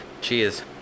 Cheers